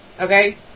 Okay